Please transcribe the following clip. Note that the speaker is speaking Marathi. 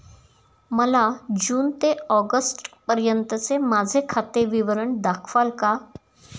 मला जून ते ऑगस्टपर्यंतचे माझे खाते विवरण दाखवाल का?